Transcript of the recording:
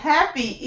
Happy